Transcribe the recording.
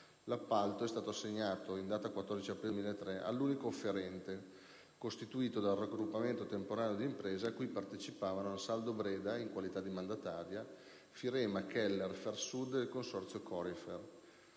L'appalto è stato assegnato in data 14 aprile 2003 all'unico offerente, costituito dal raggruppamento temporaneo di imprese a cui partecipavano l'AnsaldoBreda (in qualità di mandataria), Firema, Keller, Ferrosud ed il consorzio Corifer.